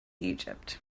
egypt